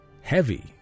Heavy